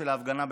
של ההפגנה,